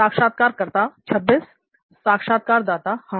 साक्षात्कारकर्ता 26 साक्षात्कारदाता हां